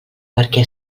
perquè